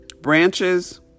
branches